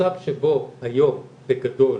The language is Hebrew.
המצב שבו היום בגדול